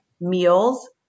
meals